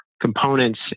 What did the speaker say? components